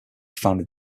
founded